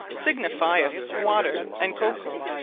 signifieth water and choco,